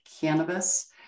cannabis